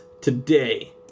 today